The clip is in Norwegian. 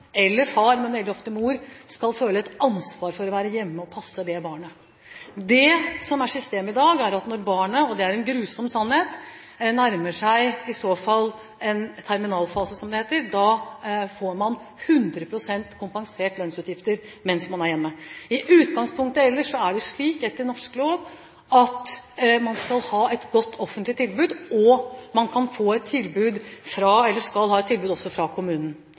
skal føle et ansvar for å være hjemme og passe barnet. Det som er systemet i dag, er at når barna – og det er en grusom sannhet – nærmer seg terminalfasen, som det heter, får man 100 pst. kompensert lønnsutgifter mens man er hjemme. I utgangspunktet ellers er det slik etter norsk lov at man skal ha et godt offentlig tilbud, og man skal ha et tilbud også fra